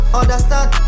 understand